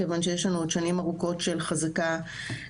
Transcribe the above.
כיוון שיש לנו עוד שנים ארוכות של חזקה לפנינו.